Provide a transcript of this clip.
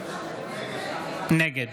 נגד